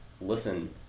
listen